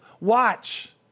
watch